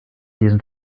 diesen